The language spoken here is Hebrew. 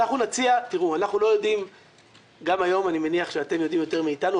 גם היום אני מניח שאתם יודעים יותר מאתנו.